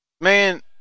man